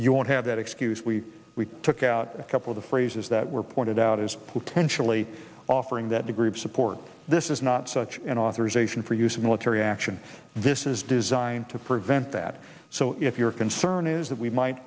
you won't have that excuse we we took out a couple of the phrases that were pointed out as potentially offering that degree of support this is not such an authorization for use of military action this is designed to prevent that so if your concern is that we might